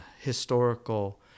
historical